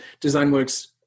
DesignWorks